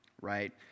right